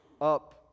up